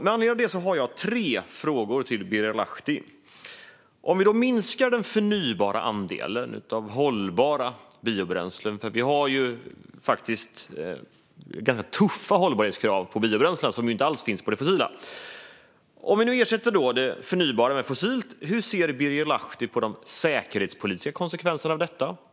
Med anledning av det har jag tre frågor till Birger Lahti. Vi har ganska tuffa hållbarhetskrav på biobränslen som inte alls finns på det fossila. Om vi minskar den förnybara andelen av hållbara biobränslen och ersätter det förnybara med fossilt - hur ser Birger Lahti på de säkerhetspolitiska konsekvenserna av det?